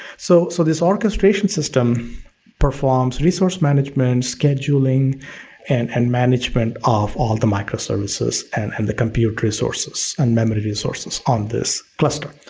so so, this orchestration system performs resource management, scheduling and and management of all the microservices and and the computer resources and memory resources on this cluster.